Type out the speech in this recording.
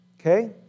Okay